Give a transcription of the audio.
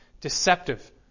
deceptive